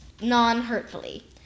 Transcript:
non-hurtfully